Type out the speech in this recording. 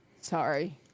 sorry